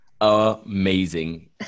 amazing